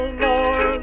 more